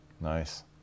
Nice